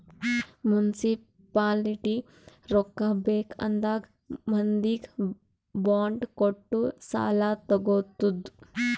municipality ರೊಕ್ಕಾ ಬೇಕ್ ಆದಾಗ್ ಮಂದಿಗ್ ಬಾಂಡ್ ಕೊಟ್ಟು ಸಾಲಾ ತಗೊತ್ತುದ್